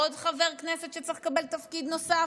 עוד חבר כנסת שצריך לקבל תפקיד נוסף,